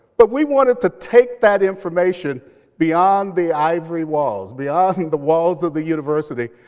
but we wanted to take that information beyond the ivory walls, beyond the walls of the university,